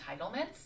entitlements